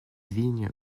vigne